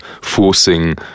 forcing